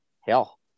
Hell